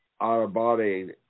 out-of-body